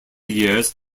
years